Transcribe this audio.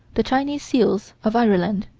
the chinese seals of ireland.